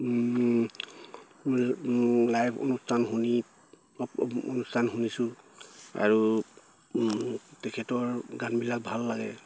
live অনুষ্ঠান শুনি অনুষ্ঠান শুনিছোঁ আৰু তেখেতৰ গানবিলাক ভাল লাগে